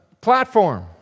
platform